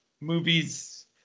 movies